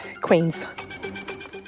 Queens